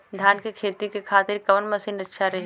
धान के खेती के खातिर कवन मशीन अच्छा रही?